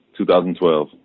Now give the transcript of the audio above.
2012